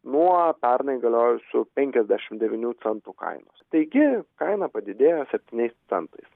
nuo pernai galiojusių penkiasdešimt devynių centų kainos taigi kaina padidėjo septyniais centais